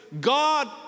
God